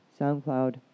SoundCloud